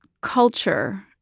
culture